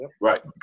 Right